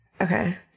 Okay